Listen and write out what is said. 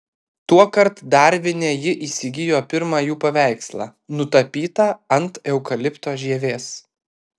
tuokart darvine ji įsigijo pirmą jų paveikslą nutapytą ant eukalipto žievės